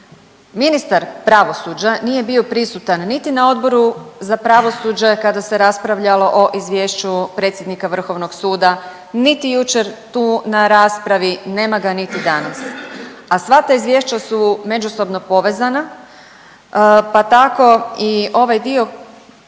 Ministar pravosuđa nije bio prisutan niti na Odboru za pravosuđe kada se raspravljalo o Izvješću predsjednika vrhovnog suda, niti jučer tu na raspravi, nema ga niti danas, a sva ta izvješća su međusobno povezana, pa tako i ovaj dio